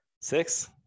six